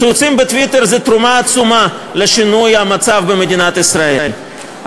ציוצים בטוויטר הם תרומה עצומה לשינוי המצב במדינת ישראל,